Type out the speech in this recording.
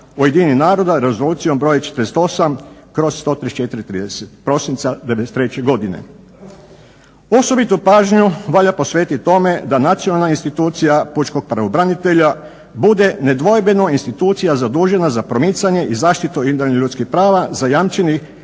skupština UN-a Rezolucijom br. 48/134. 30. prosinca '93. godine. Osobitu pažnju valja posvetiti tome da nacionalna institucija pučkog pravobranitelja bude nedvojbeno institucija zadužena za promicanje i zaštitu individualnih ljudskih prava zajamčenih